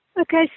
Okay